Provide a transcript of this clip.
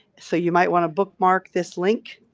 so, you might want to bookmark this link,